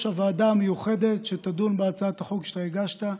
הוועדה המיוחדת שתדון בהצעת החוק שאתה הגשת.